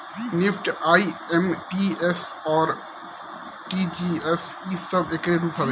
NEFT, IMPS, RTGS इ सब एकरे रूप हवे